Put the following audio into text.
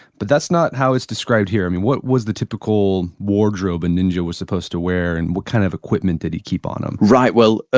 but that's not how it's described here. what was the typical wardrobe a ninja was supposed to wear and what kind of equipment did he keep on him? right, well, ah